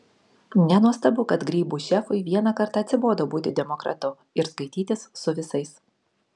nenuostabu kad grybų šefui vieną kartą atsibodo būti demokratu ir skaitytis su visais